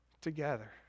together